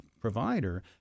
provider